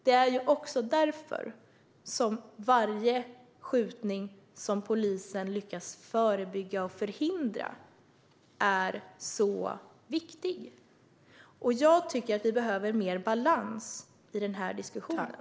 Det är också därför som varje skjutning som polisen lyckas förebygga och förhindra är så viktig. Jag tycker att vi behöver mer balans i diskussionen.